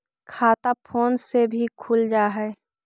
खाता फोन से भी खुल जाहै?